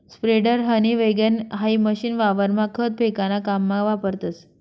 spreader, honey wagon हाई machine वावरमा खत फेकाना काममा वापरतस